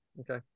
Okay